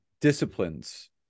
disciplines